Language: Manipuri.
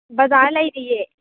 ꯕꯖꯥꯔꯗ ꯂꯩꯔꯤꯌꯦ